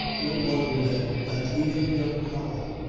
no wonder then that even young powell,